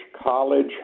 college